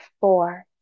four